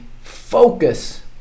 focus